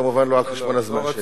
כמובן לא על חשבון הזמן שלי.